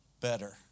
better